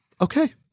Okay